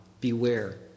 Beware